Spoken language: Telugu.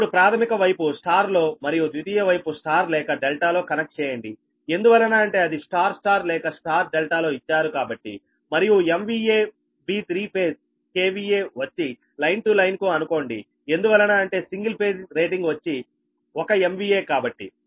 ఇప్పుడు ప్రాథమిక వైపు Y లో మరియు ద్వితీయ వైపు Y లేక ∆ లో కనెక్ట్ చేయండి ఎందువలన అంటే అది Y Y లేక Y ∆ లో ఇచ్చారు కాబట్టి మరియు B3Φ KVA వచ్చి లైన్ టు లైన్ కు అనుకోండి ఎందువలన అంటే సింగిల్ ఫేజ్ రేటింగ్ వచ్చి 1 MVA కాబట్టి